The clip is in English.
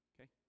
okay